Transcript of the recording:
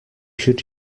should